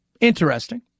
interesting